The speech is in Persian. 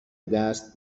دست